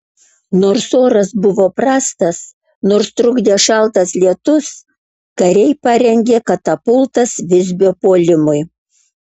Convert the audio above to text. nors oras buvo prastas nors trukdė šaltas lietus kariai parengė katapultas visbio puolimui